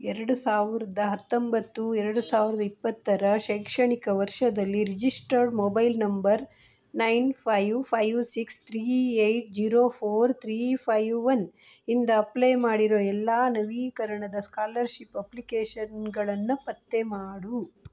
ಎರಡು ಸಾವಿರದ ಹತ್ತೊಂಬತ್ತು ಎರಡು ಸಾವಿರದ ಇಪ್ಪತ್ತರ ಶೈಕ್ಷಣಿಕ ವರ್ಷದಲ್ಲಿ registered mobile number nine five five six three eight zero four three five one ಇಂದ ಅಪ್ಲೈ ಮಾಡಿರೊ ಎಲ್ಲ ನವೀಕರಣದ ಸ್ಕಾಲರ್ಷಿಪ್ ಅಪ್ಲಿಕೇಷನ್ಗಳನ್ನು ಪತ್ತೆ ಮಾಡು